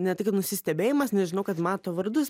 ne tai kad nusistebėjimas nes žinau kad mato vardus